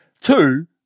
two